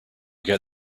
get